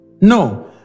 No